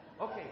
Okay